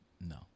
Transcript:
no